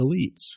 elites